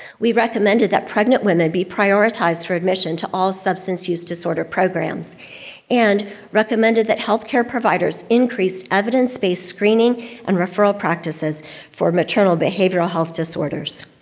we recommended that pregnant women be prioritized for admission to all substance use disorder programs and recommended that healthcare providers increased evidence-based screening and referral practices for maternal behavioral health disorders.